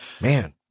Man